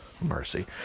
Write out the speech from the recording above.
Mercy